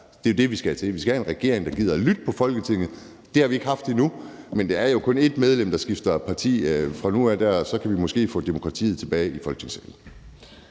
Det er jo det, der skal til. Vi skal have en regering, der gider at lytte til Folketinget. Det har vi ikke haft endnu, men det er jo kun 1 medlem, der skal skifte parti fra nu af, og så kan vi måske få demokratiet tilbage i Folketingssalen.